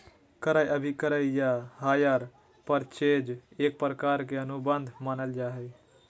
क्रय अभिक्रय या हायर परचेज एक प्रकार के अनुबंध मानल जा हय